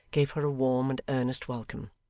gave her a warm and earnest welcome.